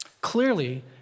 Clearly